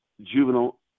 juvenile